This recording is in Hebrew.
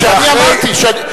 שאני אמרתי.